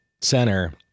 center